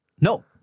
no